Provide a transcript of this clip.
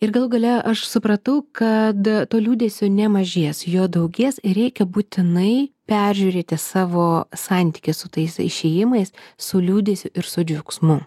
ir galų gale aš supratau kad to liūdesio nemažės jo daugės ir reikia būtinai peržiūrėti savo santykį su tais išėjimais su liūdesiu ir su džiaugsmu